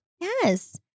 Yes